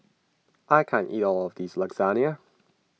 I can't eat all of this Lasagna